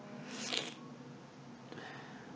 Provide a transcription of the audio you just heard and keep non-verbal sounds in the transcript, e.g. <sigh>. <noise>